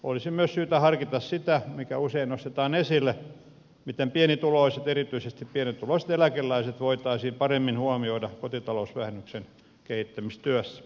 olisi myös syytä harkita sitä mikä usein nostetaan esille miten pienituloiset erityisesti pienituloiset eläkeläiset voitaisiin paremmin huomioida kotitalousvähennyksen kehittämistyössä